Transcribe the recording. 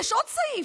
יש עוד סעיף,